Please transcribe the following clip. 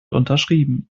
unterschrieben